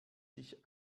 sich